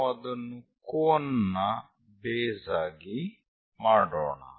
ನಾವು ಅದನ್ನು ಕೋನ್ ನ ಬೇಸ್ ಆಗಿ ಮಾಡೋಣ